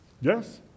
Yes